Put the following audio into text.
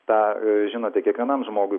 tą žinote kiekvienam žmogui